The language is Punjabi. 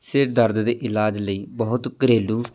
ਸਿਰ ਦਰਦ ਦੇ ਇਲਾਜ ਲਈ ਬਹੁਤ ਘਰੇਲੂ